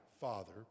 Father